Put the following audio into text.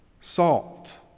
Salt